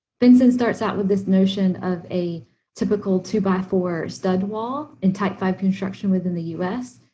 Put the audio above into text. vincent starts out with this notion of a typical two by four stud wall, in type v construction within the us,